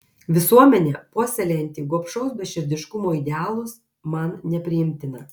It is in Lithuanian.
visuomenė puoselėjanti gobšaus beširdiškumo idealus man nepriimtina